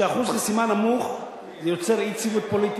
כשאחוז החסימה נמוך, זה יוצר אי-יציבות פוליטית,